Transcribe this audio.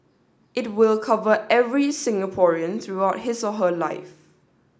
it will cover every Singaporean throughout his or her life